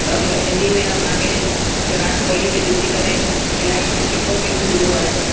भव्य इन में असांखे विराट कोहली खे ॾिसी करे इलाही सुठो फील थींदो आहे